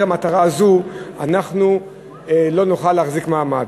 המטרה הזה הם לא יוכלו להחזיק מעמד.